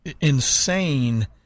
insane